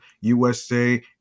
USA